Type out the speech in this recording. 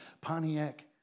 Pontiac